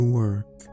work